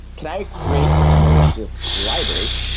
can i create a malicious library?